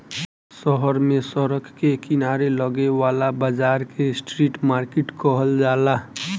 शहर में सड़क के किनारे लागे वाला बाजार के स्ट्रीट मार्किट कहल जाला